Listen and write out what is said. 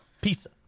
Pizza